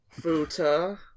futa